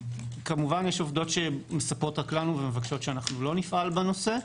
כמובן שיש עובדות שמספרות רק לנו ומבקשות שאנחנו לא נפעל בנושא.